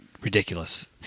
ridiculous